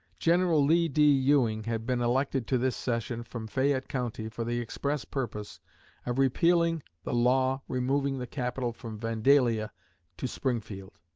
general lee d. ewing had been elected to this session from fayette county for the express purpose of repealing the law removing the capital from vandalia to springfield.